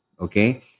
Okay